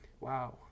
Wow